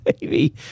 baby